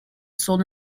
sold